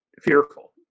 fearful